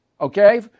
okay